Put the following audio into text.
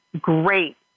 great